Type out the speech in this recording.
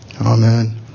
Amen